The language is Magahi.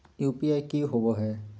यू.पी.आई की होवे हय?